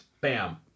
bam